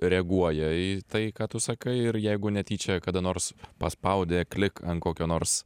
reaguoja į tai ką tu sakai ir jeigu netyčia kada nors paspaudė klik ant kokio nors